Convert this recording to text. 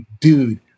dude